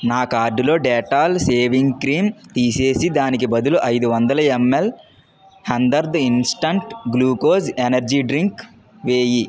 నా కార్టులో Dettol shaving cream తీసేసి దానికి బదులు ఐదు వందల ML Hamdard instant glucose energy drink వేయి